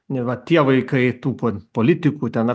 neva tie vaikai tų po politikų ten